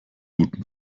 guten